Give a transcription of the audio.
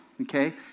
okay